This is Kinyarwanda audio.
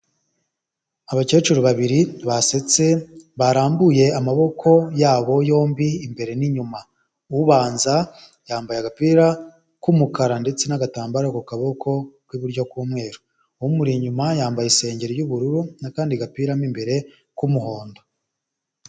Abakecuru babiri basetse barambuye amaboko yabo yombi imbere n'inyuma, ubanza yambaye agapira k'umukara ndetse n'agatambaro ku kaboko k'iburyo k'umweru, umuri inyuma yambaye isengeri y'ubururu n'akandi gapira mu imbere k'umuhondo.